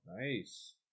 Nice